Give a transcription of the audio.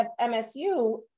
MSU